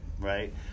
right